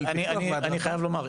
אני חייב לומר,